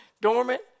dormant